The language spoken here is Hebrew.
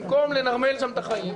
במקום לנרמל שם את החיים,